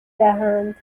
دهند